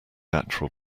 natural